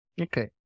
Okay